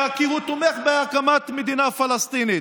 תמיד, אבל תמיד,